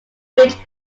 bridge